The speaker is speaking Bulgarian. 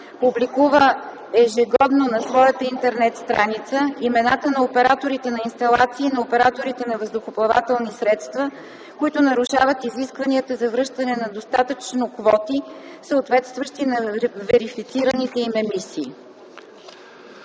публикува ежегодно на своята интернет страница имената на операторите на инсталации и на операторите на въздухоплавателни средства, които нарушават изискванията за връщане на достатъчно квоти, съответстващи на верифицираните им емисии”.”